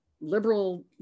liberal